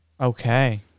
Okay